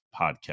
podcast